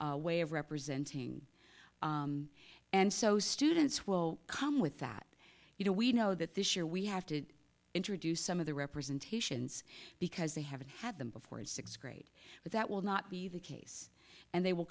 or way of representing and so students will come with that you know we know that this year we have to introduce some of the representations because they haven't had them before his sixth grade but that will not be the case and they will